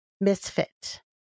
misfit